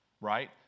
right